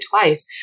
twice